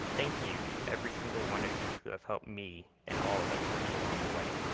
thank you to every single one of you who have helped me and all of us along the way.